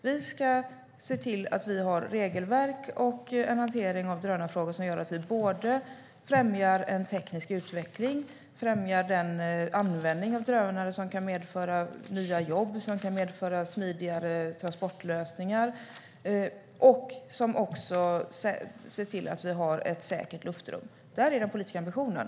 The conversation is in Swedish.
Vi ska se till att vi har regelverk och en hantering av drönarfrågor som gör att vi främjar en teknisk utveckling och främjar den användning av drönare som kan medföra nya jobb och smidigare transportlösningar. Det handlar också om att se till att vi har ett säkert luftrum. Det är den politiska ambitionen.